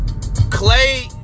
clay